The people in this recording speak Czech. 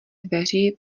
dveří